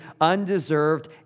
undeserved